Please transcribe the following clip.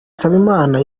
nsabimana